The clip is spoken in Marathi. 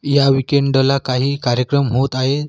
ह्या विकेंडला काही कार्यक्रम होत आहेत